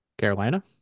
Carolina